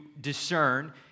discern